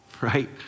right